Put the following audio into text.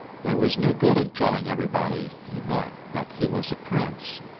there was no good in telling everybody he met that he was a prince,